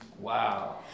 Wow